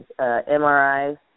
MRIs